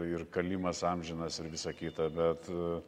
ir kalimas amžinas ir visa kita bet